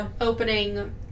opening